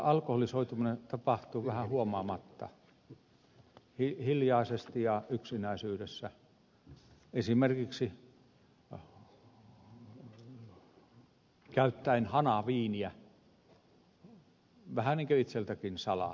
alkoholisoituminen tapahtuu vähän huomaamatta hiljaisesti ja yksinäisyydessä esimerkiksi käyttäen hanaviiniä vähän niin kuin itseltäkin salaa